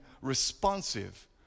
responsive